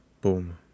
boom